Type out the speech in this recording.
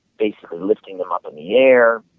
basically lifting them up in the air,